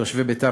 תושבי ביתר,